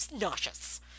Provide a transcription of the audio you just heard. nauseous